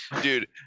dude